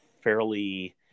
fairly